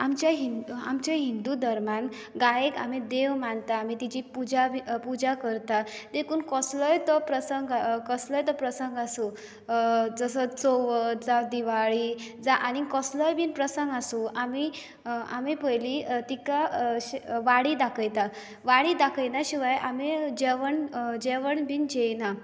आमच्या हिंदू आमच्या हिंदू धर्मांत गायेक आमी देव मानता आमी तिची पुजा बी पुजा करतात देखून कसलोय तो प्रसंग कसलोय तो प्रसंग आसू जसो चवथ जावं दिवाळी जावं आनीक कसलोय बी प्रसंग आसूं आमी आमी पयलीं तिका वाडी दाखयता वाडी दाखयले शिवाय आमी आमी देवण बी जेयना